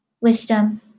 wisdom